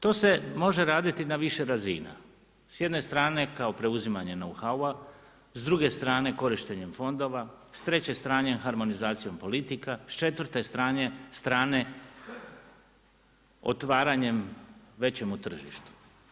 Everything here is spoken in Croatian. To se može raditi na više razina, s jedne strane kao preuzimanja … s druge strane korištenjem fondova, s treće strane harmonizacijom politika, s četvrte strane otvaranjem većemu tržištu.